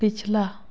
पिछला